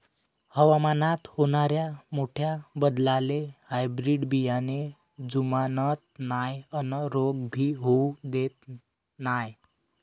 हवामानात होनाऱ्या मोठ्या बदलाले हायब्रीड बियाने जुमानत नाय अन रोग भी होऊ देत नाय